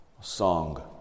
song